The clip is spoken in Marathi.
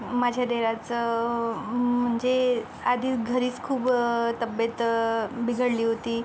माझ्या दिराचं म्हणजे आधीच घरीच खूप तब्येत बिघडली होती